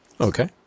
okay